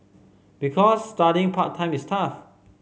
because studying part time is tough